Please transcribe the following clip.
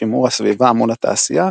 שימור הסביבה מול התעשייה